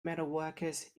metalworkers